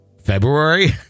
February